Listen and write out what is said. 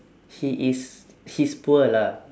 he is he's poor lah